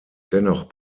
dennoch